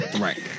right